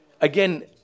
Again